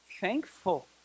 thankful